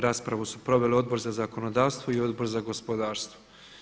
Raspravu su proveli Odbor za zakonodavstvo i Odbor za gospodarstvo.